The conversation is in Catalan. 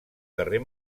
carrer